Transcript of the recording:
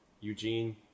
Eugene